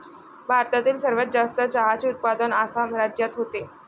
भारतातील सर्वात जास्त चहाचे उत्पादन आसाम राज्यात होते